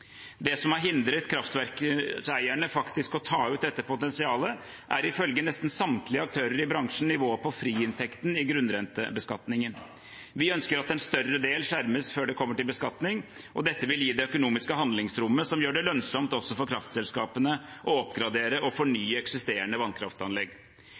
Det som har hindret kraftverkeierne i å ta ut dette potensialet, er ifølge nesten samtlige aktører i bransjen nivået på friinntekten i grunnrentebeskatningen. Vi ønsker at en større del skjermes før det kommer til beskatning. Dette vil gi det økonomiske handlingsrommet som gjør det lønnsomt for kraftselskapene å oppgradere og